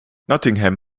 nottingham